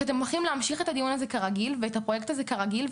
שאתם הולכים להמשיך את הדיון הזה כרגיל ואת הפרויקט הזה כרגיל,